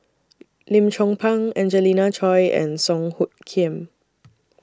Lim Chong Pang Angelina Choy and Song Hoot Kiam